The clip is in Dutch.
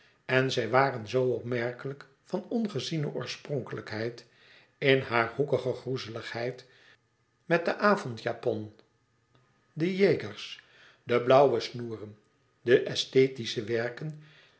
en zij waren z opmerkelijk van ongeziene oorspronkelijkheid in hare hoekige groezeligheid met den avondjapon de jaegers de blauwe snoeren de esthetische werken